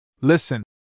Listen